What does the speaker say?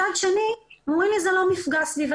מצד שני, הם אומרים לי, זה לא מפגע סביבתי.